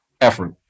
effort